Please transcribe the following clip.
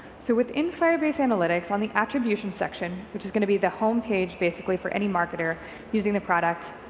so within firebase analytics on the attribution section, which is going to be the homepage basically for any marketer using the product,